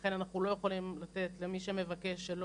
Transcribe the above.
לכן אנחנו לא יכולים לתת למי שמבקש שלא